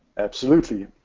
absolutely.